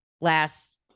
last